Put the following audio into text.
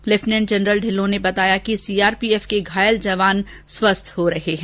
lieutenant general Dhillon ने बताया कि सी आर पी एफ के घायल जवान स्वस्थ हो रहे हैं